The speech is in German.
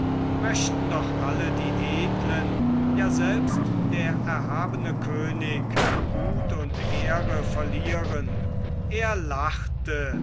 möchten doch alle die edlen ja selbst der erhabene könig gut und ehre verlieren er lachte